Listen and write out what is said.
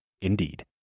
Indeed